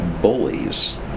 bullies